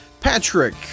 Patrick